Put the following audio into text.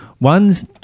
ones